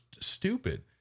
stupid